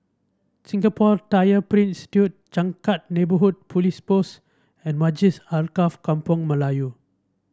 Singapore Tyler Print Institute Changkat Neighbourhood Police Post and Masjid Alkaff Kampung Melayu